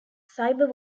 cyber